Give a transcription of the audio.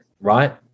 right